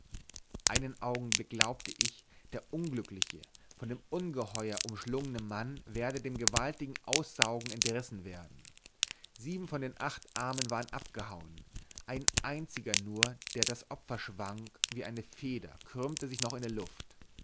einen augenblick glaubte ich der unglückliche von dem ungeheuer umschlungene mann werde dem gewaltigen aussaugen entrissen werden sieben von den acht armen waren abgehauen ein einziger nur der das opfer schwang wie eine feder krümmte sich noch in der luft